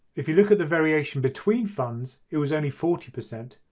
if you look at the variation between funds it was only forty percent,